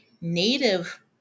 native